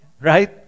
Right